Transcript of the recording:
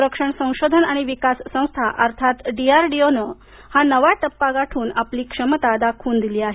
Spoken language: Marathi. संरक्षण संशोधन आणि विकास संस्था अर्थात डीआरडीओनं हा नवा टप्पा गाठून आपली क्षमता दाखवून दिली आहे